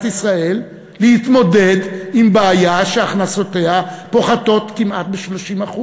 ישראל להתמודד עם בעיה שהכנסותיה פוחתות כמעט ב-30%.